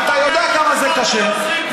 אתה יודע כמה זה קשה,